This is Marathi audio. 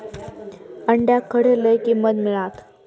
अंड्याक खडे लय किंमत मिळात?